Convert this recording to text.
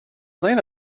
lena